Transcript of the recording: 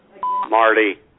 Marty